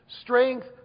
Strength